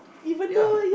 ya